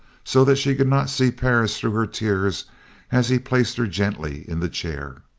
so that she could not see perris through her tears as he placed her gently in the chair.